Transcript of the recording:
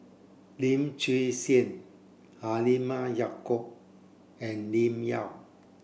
Lim Chwee Chian Halimah Yacob and Lim Yau